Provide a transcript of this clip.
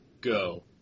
Go